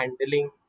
handling